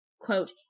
quote